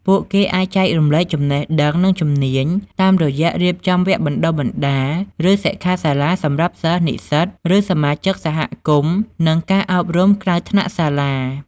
ពួកគេអាច ចែករំលែកចំណេះដឹង និងជំនាញតាមរយៈរៀបចំវគ្គបណ្ដុះបណ្ដាល ឬសិក្ខាសាលាសម្រាប់សិស្ស និស្សិត ឬសមាជិកសហគមន៍ និងការអប់រំក្រៅថ្នាក់សាលា។។